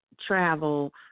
travel